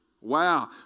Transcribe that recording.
Wow